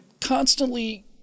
constantly